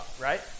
right